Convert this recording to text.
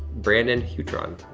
brandon huitron.